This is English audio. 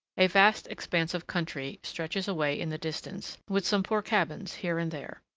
a vast expanse of country stretches away in the distance, with some poor cabins here and there